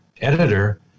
editor